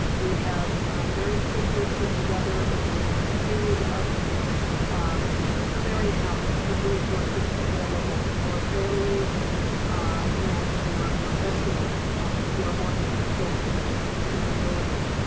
we have very quickly put together and we will continue to update um we have a clearinghouse of resources available for families and for professionals who are working with children with disabilities.